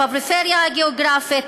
בפריפריה הגיאוגרפית,